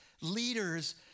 leaders